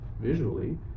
visually